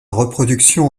reproduction